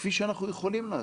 כפי שאנחנו יכולים לעשות.